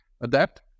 adapt